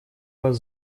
вас